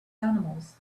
animals